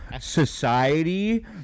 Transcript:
Society